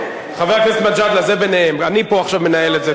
אפשר לחשוב, חבר הכנסת מג'אדלה וחברת הכנסת רגב.